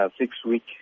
six-week